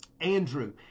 Andrew